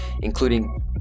including